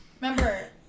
Remember